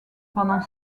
pendant